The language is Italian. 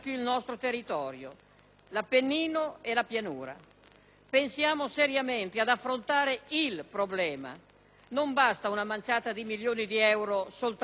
l'Appennino e la pianura. Pensiamo seriamente ad affrontare "il" problema: non basta una manciata di milioni di euro soltanto nell'emergenza,